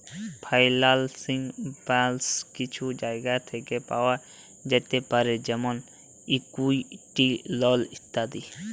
ফাইলালসিং ব্যাশ কিছু জায়গা থ্যাকে পাওয়া যাতে পারে যেমল ইকুইটি, লল ইত্যাদি